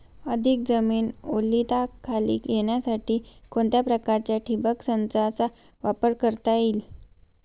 अधिक जमीन ओलिताखाली येण्यासाठी कोणत्या प्रकारच्या ठिबक संचाचा वापर करता येईल?